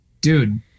Dude